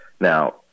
Now